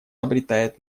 обретает